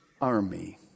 army